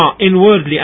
inwardly